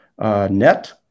net